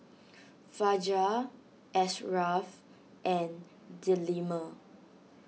Fajar Ashraff and Delima